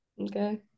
Okay